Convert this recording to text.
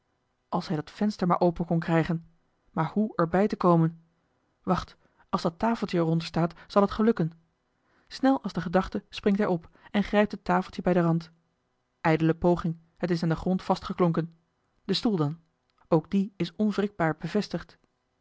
als hij dat venster maar open kon krijgen maar hoe er bij te komen wacht als dat tafeltje er onder staat zal het gelukken snel als de gedachte springt hij op en grijpt het tafeltje bij den rand ijdele poging het is aan den grond vastgeklonken de stoel dan ook die is onwrikbaar bevestigd